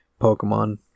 Pokemon